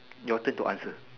your turn to answer